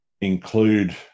include